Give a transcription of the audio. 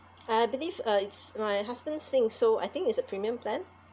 I believe uh it's my husband's thing so I think it's a premium plan